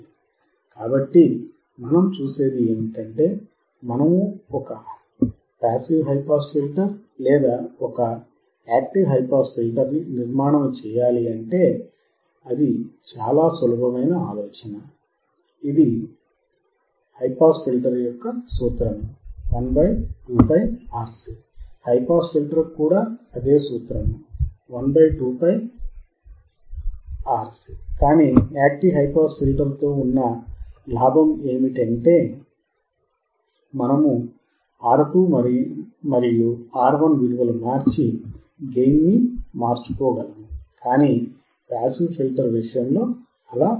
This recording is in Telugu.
కాబట్టి మనం చూసేది ఏమిటంటే మనము ఒక పాసివ్ హై పాస్ ఫిల్టర్ లేదా ఒక యాక్టివ్ హై పాస్ ఫిల్టర్ ని నిర్మాణము చేయాలి అంటే అది చాలా సులభమైన ఆలోచన అది హై పాస్ ఫిల్టర్ సూత్రము 12πRC హై పాస్ ఫిల్టర్ కి కూడా అదే సూత్రము 12πRC కానీ యాక్టివ్ హై పాస్ ఫిల్టర్ తో ఉన్న లాభం ఏమిటంటే మనము R2 మరియు R1 విలువలు మార్చి గెయిన్ ని మార్చుకోగలము కానీ పాసివ్ ఫిల్టర్ విషయములో అలాకాదు